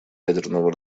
ядерного